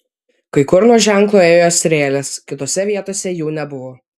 kai kur nuo ženklo ėjo strėlės kitose vietose jų nebuvo